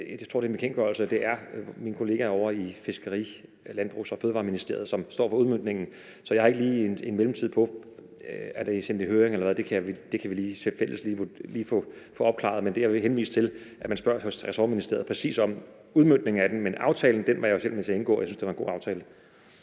jeg tror, det er en bekendtgørelse. Det er mine kollegaer ovre i Ministeriet for Fødevarer, Landbrug og Fiskeri, som står for udmøntningen, så jeg har ikke lige en mellemtid på, om det er sendt i høring eller hvad. Det kan vi lige fælles få opklaret. Men det, jeg vil henvise til, er, at man spørger ressortministeriet om præcis det med udmøntningen af den. Men aftalen var jeg jo selv med til at indgå, og jeg synes, det var en god aftale.